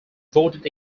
voted